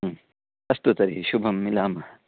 अस्तु तर्हि शुभं मिलामः